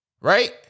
Right